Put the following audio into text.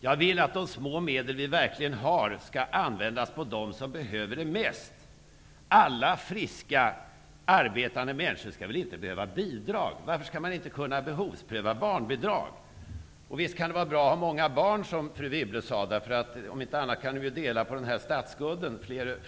Jag vill att de små medel som vi verkligen har skall användas för dem som behöver dessa medel bäst. Alla friska arbetande människor skall väl inte behöva bidrag? Varför skall man inte kunna behovspröva barnbidrag? Visst kan det vara bra att ha många barn, som fru Wibble sade. Om inte annat så kan ju fler på det sättet dela på statskulden.